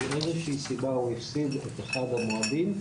מאיזושהי סיבה הוא הפסיד את אחד המועדים,